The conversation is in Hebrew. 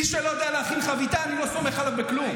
מי שלא יודע להכין חביתה, אני לא סומך עליו בכלום.